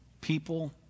people